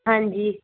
ਹਾਂਜੀ